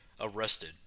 arrested